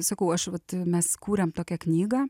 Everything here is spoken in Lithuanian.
sakau aš vat mes kūrėm tokią knygą